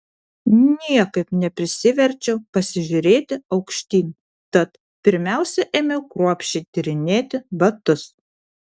niekaip neprisiverčiau pasižiūrėti aukštyn tad pirmiausia ėmiau kruopščiai tyrinėti batus